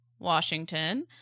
Washington